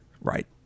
Right